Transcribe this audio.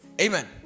amen